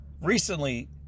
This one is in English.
Recently